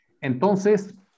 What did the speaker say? Entonces